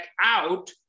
out